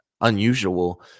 unusual